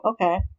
okay